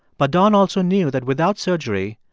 but don also knew that without surgery,